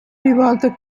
rivolto